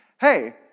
hey